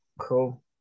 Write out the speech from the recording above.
cool